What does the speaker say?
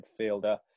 midfielder